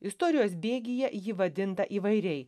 istorijos bėgyje ji vadinta įvairiai